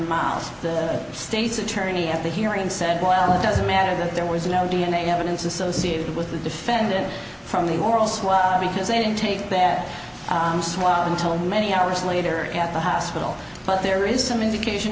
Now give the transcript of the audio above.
mouth the state's attorney at the hearing said well it doesn't matter that there was no d n a evidence associated with the defendant from the oral swab because they didn't take that swab until many hours later at the hospital but there is some indication